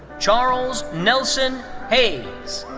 charles nelson hayes.